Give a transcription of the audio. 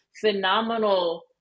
phenomenal